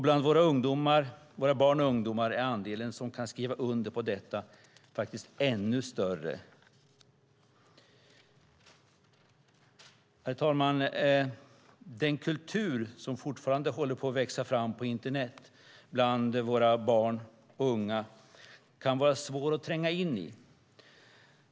Bland våra barn och ungdomar är andelen som kan skriva under på detta faktiskt ännu större. Herr talman! Den kultur som fortfarande håller på att växa fram på internet bland våra barn och unga kan vara svår att tränga in i.